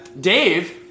Dave